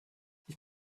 ich